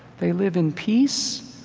they live in peace,